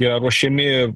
yra ruošiami